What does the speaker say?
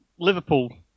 Liverpool